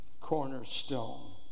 cornerstone